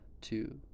two